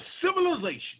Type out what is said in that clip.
civilization